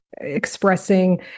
expressing